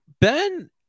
ben